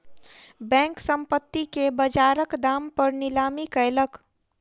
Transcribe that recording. bank, संपत्ति के बजारक दाम पर नीलामी कयलक